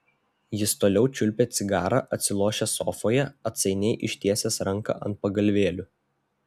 jis toliau čiulpė cigarą atsilošęs sofoje atsainiai ištiesęs ranką ant pagalvėlių